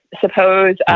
suppose